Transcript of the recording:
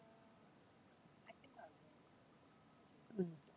mm